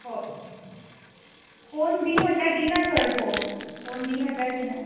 हय फोन दी म्हणल्यार दिना सर फोन फोन दी म्हणल्यार दिनां